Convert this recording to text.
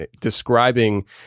describing